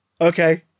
okay